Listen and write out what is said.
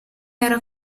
era